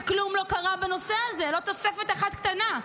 וכלום לא קרה בנושא הזה, לא תוספת אחת קטנה.